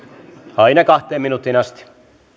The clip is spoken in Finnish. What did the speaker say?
aina kahteen minuuttiin asti